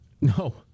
No